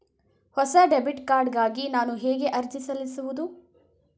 ಹೊಸ debit card ಗಾಗಿ ನಾನು ಹೇಗೆ ಅರ್ಜಿ ಸಲ್ಲಿಸುವುದು?